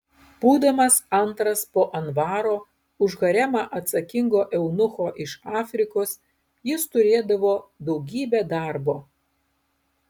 būdamas antras po anvaro už haremą atsakingo eunucho iš afrikos jis turėdavo daugybę darbo